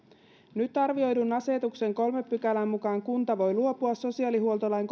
nyt arvioidun asetuksen kolmannen pykälän mukaan kunta voi luopua sosiaalihuoltolain